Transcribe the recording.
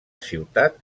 ciutat